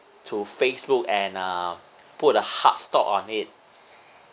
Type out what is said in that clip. to Facebook and uh put a hard stop on it